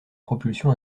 propulsion